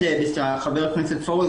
ח"כ פורר,